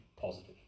positive